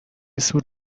سور